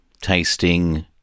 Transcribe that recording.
tasting